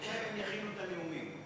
בינתיים הם יכינו את הנאומים.